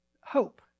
Hope